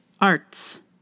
Arts